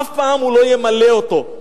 אף פעם הוא לא ימלא אותו.